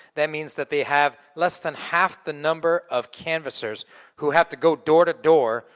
that means that they have less than half the number of canvassers who have to go door to door,